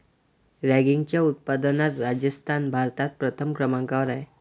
रॅगीच्या उत्पादनात राजस्थान भारतात प्रथम क्रमांकावर आहे